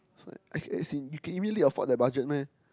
as as in you can immediately afford that budget meh